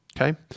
Okay